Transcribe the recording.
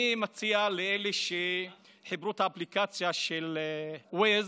אני מציע לאלה שחיברו את האפליקציה של Waze